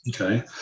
okay